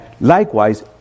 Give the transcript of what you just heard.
likewise